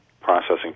processing